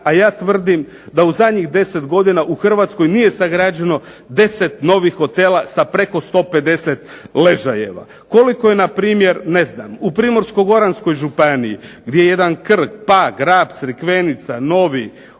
a ja tvrdim da u zadnjih 10 godina u Hrvatskoj nije sagrađeno 10 novih hotela sa preko 150 ležajeva. Koliko je na primjer, ne znam u Primorsko-goranskoj županiji gdje je jedan Krk, Pag, Rab, Crikvenica, Novi,